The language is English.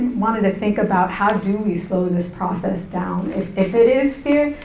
wanted to think about how do we slow this process down? if if it is fear,